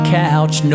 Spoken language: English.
couch